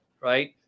right